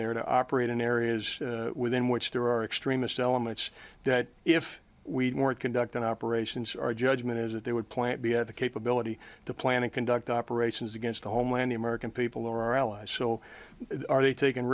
there to operate in areas within which there are extremist elements that if we weren't conducting operations our judgment is that they would plant b have the capability to plan and can do operations against the homeland the american people or our allies so are they taking